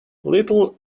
little